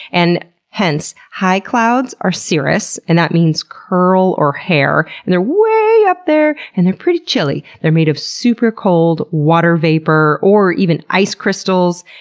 and hence, high clouds are cirrus, and that means curl or hair. and they're waaayyy up there, and they're pretty chilly. they're made of super cold water vapor or even ice crystals.